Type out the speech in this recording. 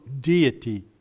deity